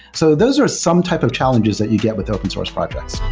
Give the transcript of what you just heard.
so those are some type of challenges that you get with open source projects.